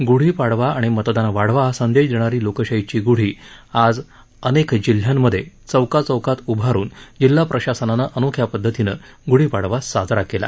ग्ढीपाडवा आणि मतदान वाढवा हा संदेश देणारी लोकशाहीची ग्ढी आज राज्यभरात चौकाचौकात उभारून जिल्हा प्रशासनानं अनोख्या पदधतीनं गृढी पाडवा साजरा केला